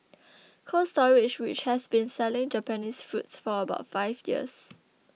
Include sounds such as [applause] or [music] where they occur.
[noise] Cold Storage which has been selling Japanese fruits for about five years